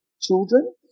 children